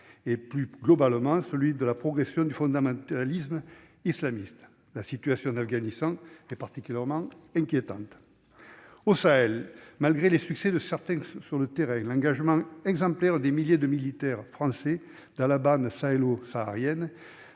plus globalement, de la progression du fondamentalisme islamiste. La situation en Afghanistan est particulièrement inquiétante. Au Sahel, malgré des succès certains sur le terrain et l'engagement exemplaire des milliers de militaires français dans la bande sahélo-saharienne,